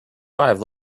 five